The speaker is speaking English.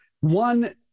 One